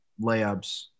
layups